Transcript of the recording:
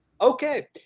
Okay